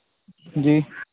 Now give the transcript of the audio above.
ਜੀ